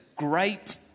Great